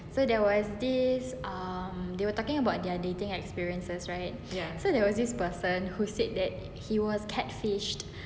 ya so that was this um they were talking about their dating experiences so there was this person who said that he was catfished